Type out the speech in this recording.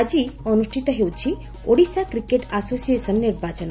ଆଜି ଅନୁଷିତ ହେଉଛି ଓଡ଼ିଶା କ୍ରିକେଟ ଆସୋସିଏସନ ନିର୍ବାଚନ